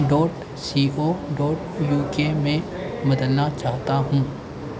dot C O dot U K में बदलना चाहता हूँ